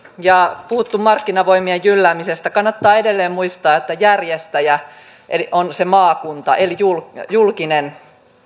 ja puhuttu markkinavoimien jylläämisestä kannattaa edelleen muistaa että järjestäjä on se maakunta eli julkinen julkinen